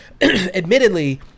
admittedly